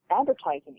advertising